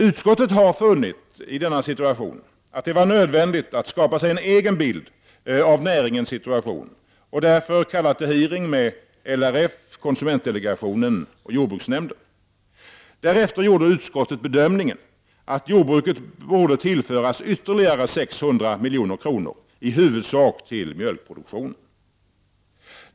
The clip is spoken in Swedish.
Utskottet har funnit att det i denna situation har varit nödvändigt att skapa sig en egen bild av näringens situation och därför kallat till en utfrågning med LRF, konsumentdelegationen och jordbruksnämnden. Därefter gjorde utskottet bedömningen att jordbruket borde tillföras ytterligare 600 milj.kr. i huvudsak till mjölkproduktionen.